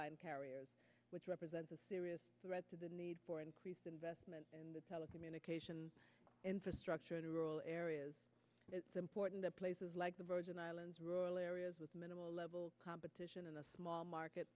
line carriers which represents a serious threat to the need for increased investment in the telecommunications infrastructure in rural areas it's important places like the virgin islands rural areas with minimal level competition and a small market